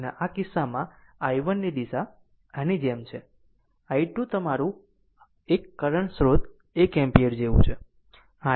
આમ આ કિસ્સામાં i1 ની દિશા આની જેમ છે અને i2 તમારું એક કરંટ સ્રોત 1 એમ્પીયર આ જેવું છે